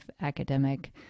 academic